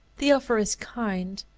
the offer is kind.